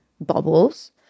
bubbles